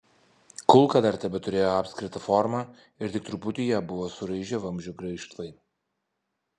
kulka dar tebeturėjo apskritą formą ir tik truputį ją buvo suraižę vamzdžio graižtvai